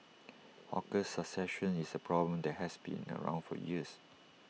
hawker succession is A problem that has been around for years